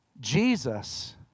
Jesus